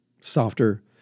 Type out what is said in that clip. softer